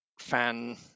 fan